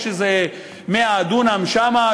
יש איזה 100 דונם שם,